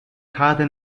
cade